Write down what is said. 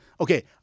Okay